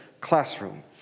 classroom